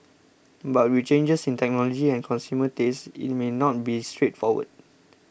but with changes in technology and consumer tastes it may not be straightforward